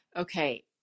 Okay